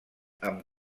amb